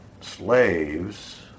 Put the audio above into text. slaves